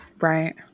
Right